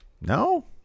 No